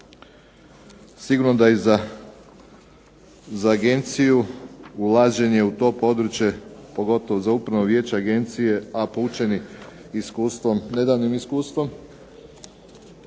sigurno da je za agenciju ulaženje u to područje, pogotovo za Upravno vijeće Agencije, a poučeni iskustvo nedavnim iskustvom,